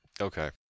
Okay